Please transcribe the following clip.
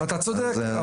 אתה צודק,